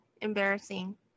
embarrassing